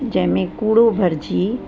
जंहिं में कूड़ो भरिजी